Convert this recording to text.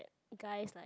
guys like